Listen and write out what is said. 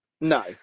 No